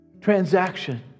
transaction